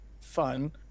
fun